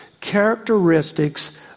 characteristics